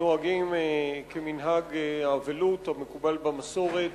שנוהגים כמנהג האבלות המקובל במסורת,